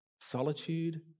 solitude